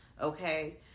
Okay